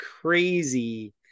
crazy